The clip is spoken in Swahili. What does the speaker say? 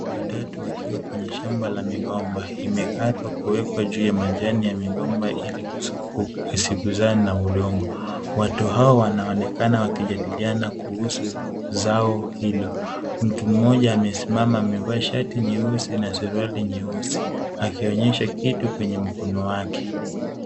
Watu watatu wakiwa kwenye shamba la migomba imekatwa kuwekwa juu ya majani ya migomba ili isiguzane na udongo. Watu hao wanaonekana wakijadiliana kuhusu zao hilo. Mtu mmoja amesimama amevaa shati nyeusi na suruali nyeusi akionyesha kitu kwenye mkono wake.